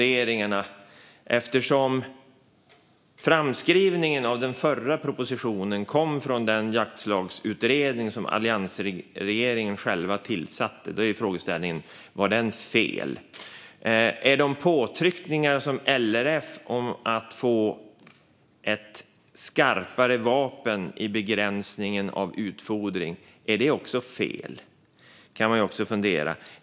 Eftersom framskrivningen av den förra propositionen kom från den jaktlagsutredning som alliansregeringen själv tillsatte är frågan: Var den fel? Är de påtryckningar som LRF gjort om att få ett skarpare vapen i begränsningen av utfodring också fel? Det kan man fundera på.